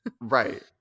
Right